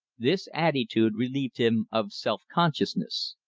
this attitude relieved him of self-consciousness.